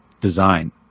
design